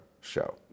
show